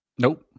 Nope